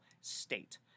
state